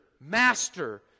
master